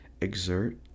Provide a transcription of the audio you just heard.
Exert